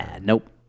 Nope